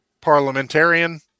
parliamentarian